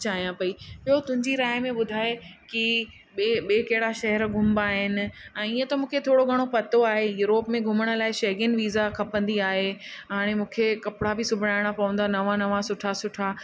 चाहियां पेई ॿियो तुंहिंजी राइ में ॿुधाए की ॿिया ॿिया कहिड़ा शहर घुमिबा आहिनि ऐं इयं त मूंखे थोरो घणो पतो आहे यूरोप में घुमण लाइ शेंगेन वीज़ा खपंदी आहे हाणे मूंखे कपिड़ा बि सिबाइणा पवंदा नवां नवां सुठा सुठा